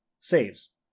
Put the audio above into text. saves